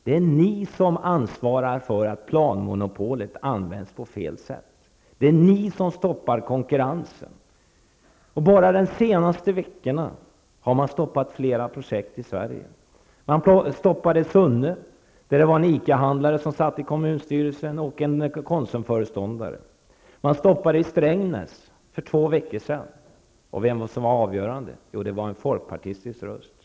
Det är ni som ansvarar för att planmonopolet används på fel sätt. Det är ni som stoppar konkurrensen. Bara under de senaste veckorna har flera projekt i Sverige stoppats. Ett stopp har skett i Sunne där en ICA-handlare och en Ett annat stopp har skett i Strängnäs för två veckor sedan. Vad var avgörande? Jo, en folkpartistisk röst.